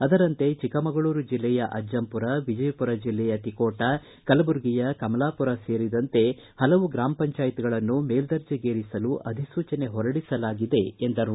ಅದರಂತೆ ಚಿಕ್ಕಮಗಳೂರು ಜಿಲ್ಲೆಯ ಅಜ್ಜಮಪುರ ವಿಜಯಪುರ ಜಿಲ್ಲೆಯ ತಿಕೋಟಾ ಕಲಬುರಗಿಯ ಕಮಲಾಪುರ ಸೇರಿದಂತೆ ಹಲವು ಗ್ರಾಮ್ ಪಂಚಾಯತ್ಗಳನ್ನು ಮೇಲ್ದರ್ಜೇಗೇರಿಸಲು ಅಧಿಸೂಚನೆ ಹೊರಡಿಸಲಾಗಿದೆ ಎಂದರು